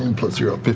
and plus zero, but